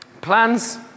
Plans